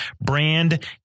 Brand